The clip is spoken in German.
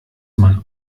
man